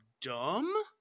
dumb